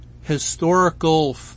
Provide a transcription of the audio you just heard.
historical